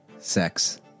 Sex